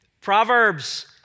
Proverbs